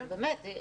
באמת.